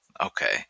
Okay